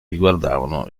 riguardavano